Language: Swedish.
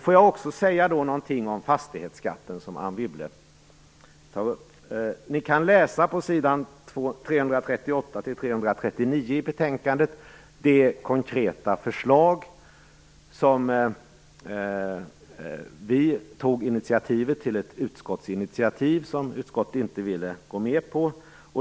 Låt mig också säga någonting om fastighetsskatten, som Anne Wibble tog upp. Ni kan på s. 338-339 i betänkandet läsa det konkreta förslag som vi tog initiativ till, ett utskottsinitiativ som utskottet inte ville gå med på.